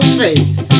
face